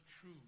true